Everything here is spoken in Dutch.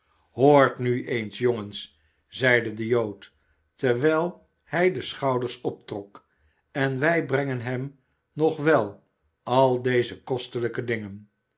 hoort nu eens jongens zeide de jood terwijl hij de schouders optrok en wij brengen hem nog wel al deze kos te iij ke dingen